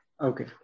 okay